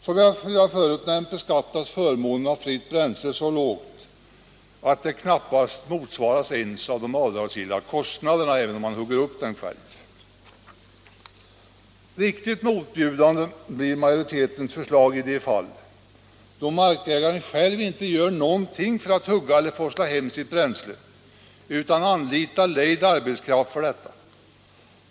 Som jag redan förut nämnt beskattas förmånen av fritt bränsle så lågt att det knappast motsvaras av avdragsgilla omkostnader, även om man hugger upp veden själv. Riktigt motbjudande blir majoritetens förslag i de fall då markägaren inte själv gör någonting för att hugga eller forsla hem sitt bränsle utan anlitar lejd arbetskraft för detta.